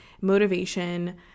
motivation